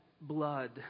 blood